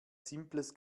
simples